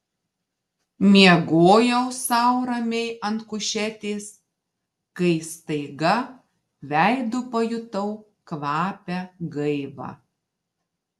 miegojau sau ramiai ant kušetės kai staiga veidu pajutau kvapią gaivą